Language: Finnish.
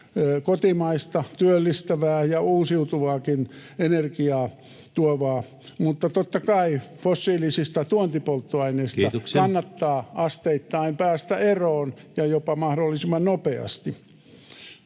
kotimaista, työllistävää ja uusiutuvaakin energiaa tuovaa, mutta totta kai fossiilisista tuontipolttoaineista kannattaa asteittain päästä eroon, ja jopa mahdollisimman nopeasti.